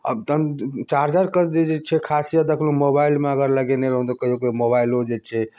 आ तहन चार्जरके जे छै खासियत देखलहुँ मोबाइलमे अगर लगेने रहलहुँ तऽ कहियो कहियो मोबाइलो जे छै